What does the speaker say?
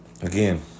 again